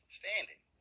standing